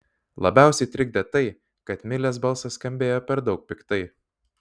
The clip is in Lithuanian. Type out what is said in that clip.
labiausiai trikdė tai kad milės balsas skambėjo per daug piktai